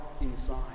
inside